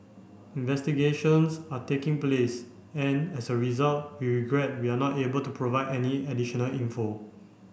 investigations are taking place and as a result we regret we are not able to provide any additional info